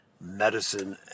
medicine